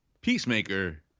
Peacemaker